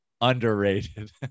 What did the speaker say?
underrated